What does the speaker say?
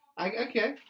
Okay